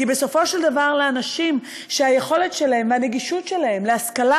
כי בסופו של דבר לאנשים שהיכולת שלהם והגישה שלהם להשכלה